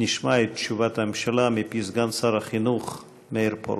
נשמע את תשובת הממשלה מפי סגן שר החינוך מאיר פרוש.